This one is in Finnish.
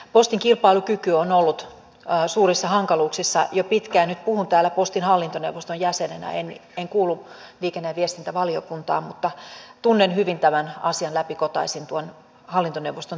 postin kilpailukyky on ollut suurissa hankaluuksissa jo pitkään ja nyt puhun täällä postin hallintoneuvoston jäsenenä en kuulu liikenne ja viestintävaliokuntaan mutta tunnen hyvin tämän asian läpikotaisin tuon hallintoneuvoston työn kautta